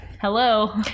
hello